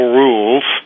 rules